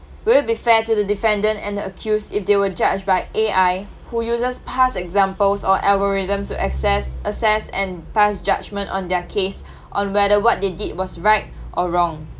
will it be fair to the defendant and the accused if they were judged by A_I who uses past examples or algorithm to assess assess and pass judgement on their case on whether what they did was right or wrong